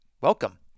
welcome